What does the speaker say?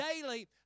daily